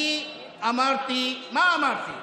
אני אמרתי, מה אמרתי: